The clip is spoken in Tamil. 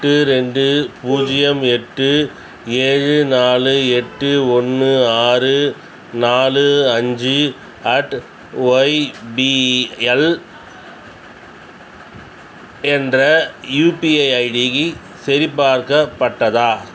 எட்டு ரெண்டு பூஜ்ஜியம் எட்டு ஏழு நாலு எட்டு ஒன்று ஆறு நாலு அஞ்சு அட் ஒய்பிஎல் என்ற யுபிஐ ஐடிக்கு சரிபார்க்கப்பட்டதா